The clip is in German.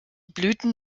blüten